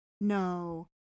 No